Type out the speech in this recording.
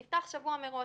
זה נפתח שבוע מראש,